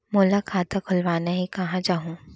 मोला खाता खोलवाना हे, कहाँ जाहूँ?